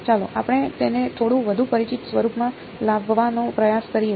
ચાલો આપણે તેને થોડું વધુ પરિચિત સ્વરૂપમાં લાવવાનો પ્રયાસ કરીએ